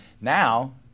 now